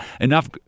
enough